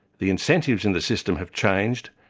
the incentives in the system have changed,